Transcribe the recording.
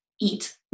Eat